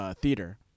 Theater